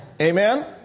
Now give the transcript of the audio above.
Amen